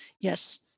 Yes